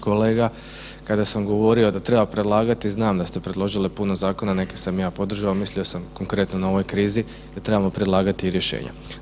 Kolega, kada sam govorio da treba predlagati znam da ste predložili puno zakona, neke sam ja podržao, mislio sam konkretno na ovoj krizi da trebamo predlagati i rješenja.